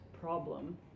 problem